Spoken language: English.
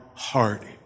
heart